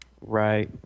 Right